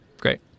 great